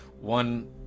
one